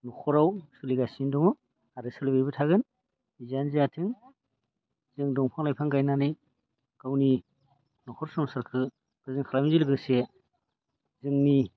न'खराव सोलिगासिनो दङ आरो सोलिबायबो थागोन जियानो जायाथों जों दंफां लाइफां गायनानै गावनि न'खर संसारखौ गोजोन खालामनायजों लोगोसे जोंनि